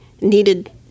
needed